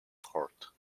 court